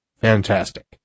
Fantastic